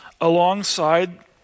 alongside